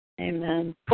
Amen